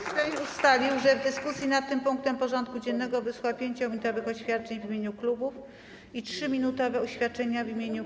Sejm ustalił, że w dyskusji nad tym punktem porządku dziennego wysłucha 5-minutowych oświadczeń w imieniu klubów i 3-minutowych oświadczeń w imieniu kół.